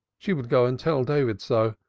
she would go and tell david so.